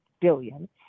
billion